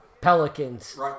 Pelicans